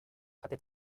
hatte